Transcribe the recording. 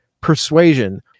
persuasion